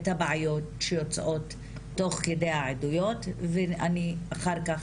את הבעיות שיוצאות תוך כדי העדויות ואני אחר כך